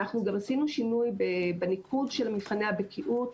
אנחנו גם עשינו שינוי בניקוד של מבחני הבקיאות.